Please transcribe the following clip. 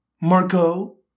Marco